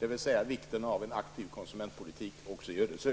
dvs. en aktiv konsumentpolitik också i Ödeshög.